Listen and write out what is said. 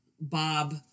Bob